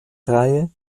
reihe